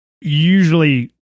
usually